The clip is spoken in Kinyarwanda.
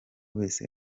wese